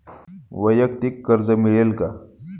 वैयक्तिक कर्ज मिळेल का?